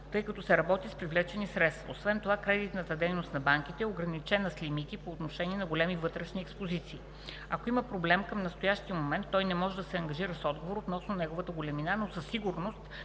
тъй като се работи с привлечени средства. Освен това кредитната дейност на банките е ограничена с лимити по отношение на големи вътрешни експозиции. Ако има проблем, към настоящия момент той не може да се ангажира с отговор относно неговата големина, но със сигурност